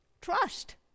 Trust